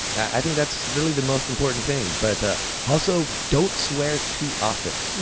i think that's really the most important thing. but i also don't swear too often.